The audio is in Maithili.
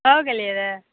अहुँ गेलियै र